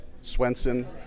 Swenson